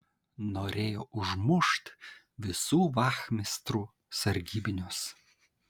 norėjo užmušt visų vachmistrų sargybinius